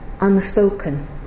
unspoken